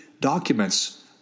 documents